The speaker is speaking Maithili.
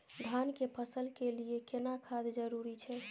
धान के फसल के लिये केना खाद जरूरी छै?